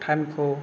थायमखौ